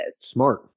Smart